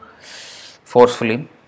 forcefully